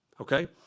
okay